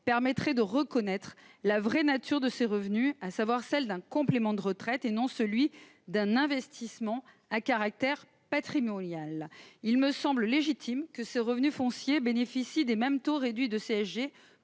permettrait de reconnaître la vraie nature de ces revenus, à savoir celle d'un complément de retraite et non d'un investissement à caractère patrimonial. Il me semble légitime que ces revenus fonciers bénéficient des mêmes taux réduits de CSG